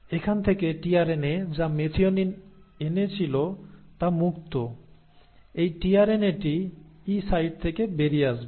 এখান থেকে টিআরএনএ যা মেথিওনিন এনেছিল তা মুক্ত এই টিআরএনএটি ই সাইট থেকে বেরিয়ে আসবে